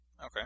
Okay